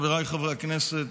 חבריי חברי הכנסת,